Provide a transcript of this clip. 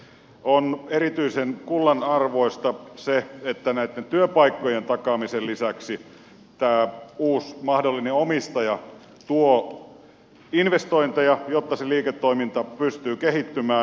on erityisen kullanarvoista että näitten työpaikkojen takaamisen lisäksi tämä mahdollinen uusi omistaja tuo investointeja jotta se liiketoiminta pystyy kehittymään